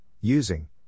using